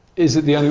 is it the only